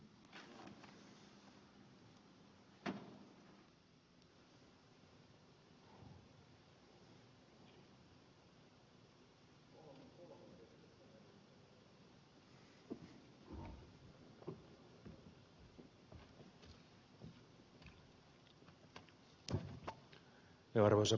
arvoisa puhemies